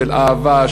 של אהבה,